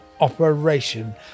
operation